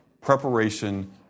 preparation